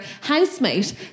housemate